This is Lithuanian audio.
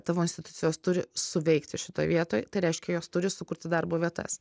tavo institucijos turi suveikti šitoj vietoj tai reiškia jos turi sukurti darbo vietas